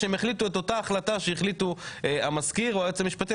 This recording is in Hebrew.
שהם החליטו את אותה החלטה שהחליטו המזכיר או היועץ המשפטי,